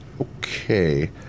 Okay